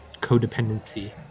codependency